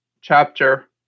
chapter